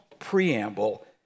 preamble